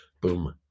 Boom